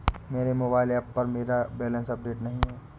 मेरे mobile app पर मेरा बैलेंस अपडेट नहीं है